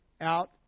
out